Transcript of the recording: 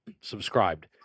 subscribed